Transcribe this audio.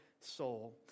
soul